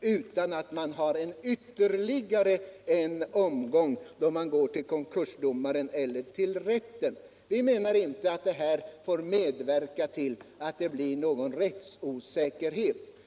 utan att man har en ytterligare omgång då man går till konkursdomaren eller till rätten. Vi menar inte att förslaget får medverka till att det blir någon rättsosäkerhet.